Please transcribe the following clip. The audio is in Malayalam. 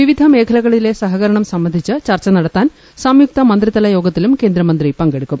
വിവിധ മേഖലകളിലെ സഹകരണം സംബന്ധിച്ച് ചർച്ച നടത്താൻ സംയുക്ത മന്ത്രിതല യോഗത്തിലും പങ്കെടുക്കും